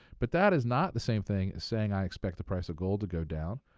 but that is not the same thing as saying i expect the price of gold to go down.